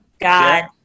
God